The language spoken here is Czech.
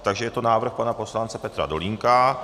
Je to návrh pana poslance Petra Dolínka.